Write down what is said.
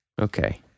Okay